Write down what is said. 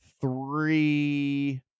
three